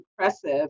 impressive